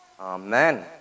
Amen